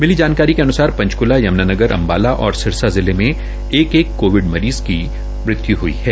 मिली जानकारी के अनुसार पंचकूला यमुनानगर अम्बाला और सिरसा जिले में एक एक कोविड मरीज़ की मृत्यु ह्ई है